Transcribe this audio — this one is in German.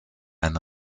ein